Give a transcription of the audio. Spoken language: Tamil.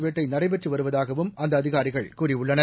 வேட்டை நடைபெற்று வருவதாகவும் அந்த அதிகாரிகள் கூறியுள்ளனர்